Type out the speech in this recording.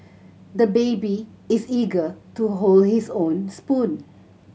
the baby is eager to hold his own spoon